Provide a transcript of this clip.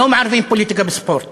לא מערבים פוליטיקה בספורט